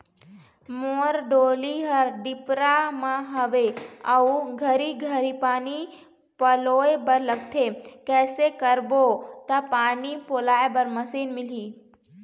मोर डोली हर डिपरा म हावे अऊ घरी घरी पानी पलोए बर लगथे कैसे करबो त पानी पलोए बर मशीन मिलही?